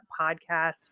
Podcast